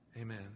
Amen